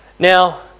Now